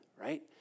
right